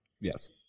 Yes